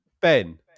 Ben